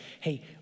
hey